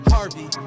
Harvey